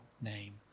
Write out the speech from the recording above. name